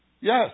Yes